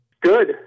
Good